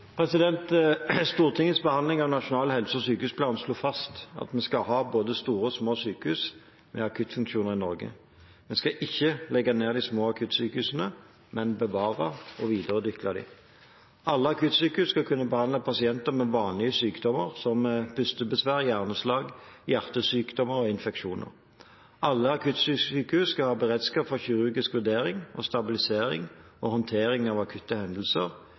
Stortingets behandling av Nasjonal helse- og sykehusplan slo fast at vi skal ha både store og små sykehus med akuttfunksjoner i Norge. Vi skal ikke legge ned de små akuttsykehusene, men bevare og videreutvikle dem. Alle akuttsykehus skal kunne behandle pasienter med vanlige sykdommer, som pustebesvær, hjerneslag, hjertesykdommer og infeksjoner. Alle akuttsykehus skal ha beredskap for kirurgisk vurdering, stabilisering og håndtering av akutte hendelser,